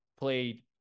played